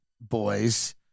Boys